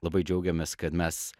labai džiaugiamės kad mes